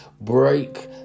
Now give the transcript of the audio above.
break